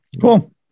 Cool